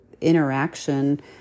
interaction